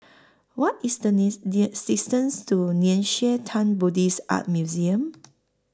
What IS The distance to Nei Xue Tang Buddhist Art Museum